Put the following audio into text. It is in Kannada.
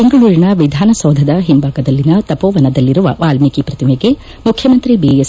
ಬೆಂಗಳೂರಿನ ವಿಧಾನ ಸೌಧದ ಹಿಂಬಾಗದಲ್ಲಿರುವ ತಮೋವನದಲ್ಲಿರುವ ವಾಲ್ಷೀಕಿ ಪ್ರತಿಮೆಗೆ ಮುಖ್ಖಮಂತ್ರಿ ಬಿಎಸ್